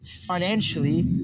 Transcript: financially